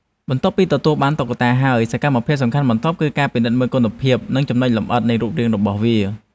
បន្ទាប់ពីទទួលបានតុក្កតាហើយ សកម្មភាពសំខាន់បន្ទាប់គឺការពិនិត្យមើលគុណភាព និងចំណុចលម្អិតនៃរូបរាងរបស់វា។